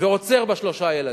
ועוצר בשלושה ילדים?